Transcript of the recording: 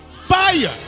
fire